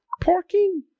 parking